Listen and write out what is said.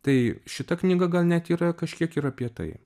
tai šita knyga gal net yra kažkiek ir apie tai